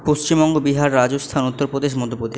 Paschimbanga Bihar Rajasthan Uttar Pradesh Madhya